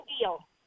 deal